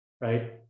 right